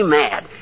mad